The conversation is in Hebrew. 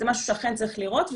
זה משהו שאכן צריך לראות,